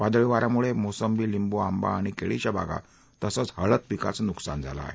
वादळी वाऱ्यामुळे मोसंबी लिंबू आंबा आणि केळीच्या बागा तसंच हळद पिकाचं नुकसान झालं आहे